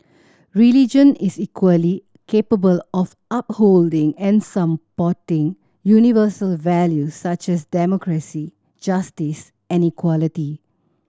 religion is equally capable of upholding and supporting universal values such as democracy justice and equality